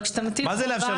אבל כשאתה מטיל חובה,